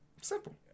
Simple